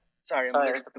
Sorry